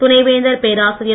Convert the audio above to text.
துணைவேந்தர் பேராசிரியர்